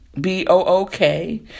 B-O-O-K